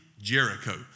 Jericho